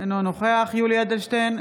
אינו נוכח יולי יואל אדלשטיין,